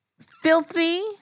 filthy